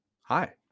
hi